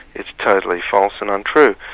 it's totally false and untrue.